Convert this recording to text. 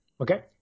Okay